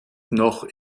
noch